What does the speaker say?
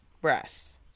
breasts